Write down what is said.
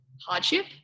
hardship